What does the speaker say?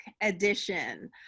Edition